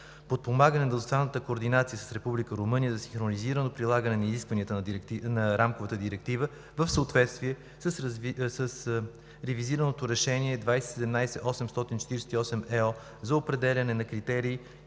подпомагане на двустранната координация с Република Румъния за синхронизирано прилагане на изискванията на Рамковата директива в съответствие с ревизираното Решение 2017/848/ЕО за определяне на критерии